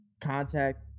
contact